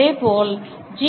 அதேபோல் ஜி